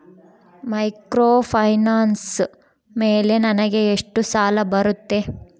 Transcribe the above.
Microfinance ಮೇಲೆ ನನಗೆ ಎಷ್ಟು ಸಾಲ ಬರುತ್ತೆ?